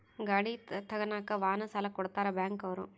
ಗಾಡಿ ತಗನಾಕ ವಾಹನ ಸಾಲ ಕೊಡ್ತಾರ ಬ್ಯಾಂಕ್ ಅವ್ರು